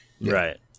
Right